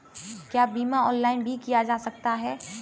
क्या बीमा ऑनलाइन भी किया जा सकता है?